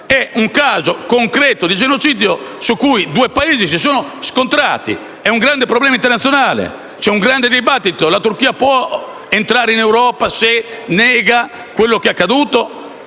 È un caso concreto di genocidio su cui due Paesi si sono scontrati: è un grande problema internazionale e c'è un grande dibattito. La Turchia può entrare in Europa, se nega quello che è accaduto?